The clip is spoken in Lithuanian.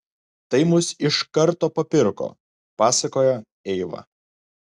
tai mus iš karto papirko pasakojo eiva